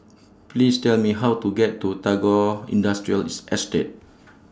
Please Tell Me How to get to Tagore Industrials Estate